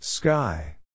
Sky